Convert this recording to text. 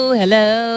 hello